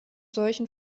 seuchen